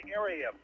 area